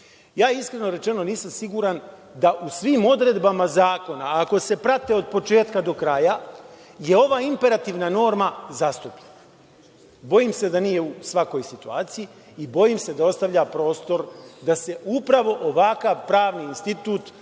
Iskreno rečeno, nisam siguran da u svim odredbama zakona, ako se prate od početka do kraja, je ova imperativna norma zastupljena. Bojim se da nije u svakoj situaciji i bojim se da ostavlja prostor da se upravo ovakav pravni institut